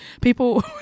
People